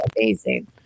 amazing